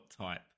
type